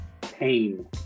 pain